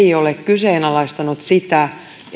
ole kyseenalaistanut sitä etteikö